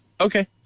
okay